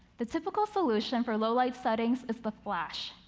the typical solution for low-light settings is the flash,